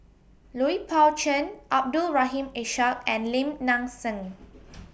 Lui Pao Chuen Abdul Rahim Ishak and Lim Nang Seng